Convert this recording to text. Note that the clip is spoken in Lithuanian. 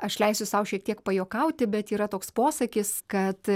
aš leisiu sau šiek tiek pajuokauti bet yra toks posakis kad